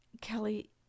Kelly